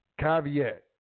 Caveat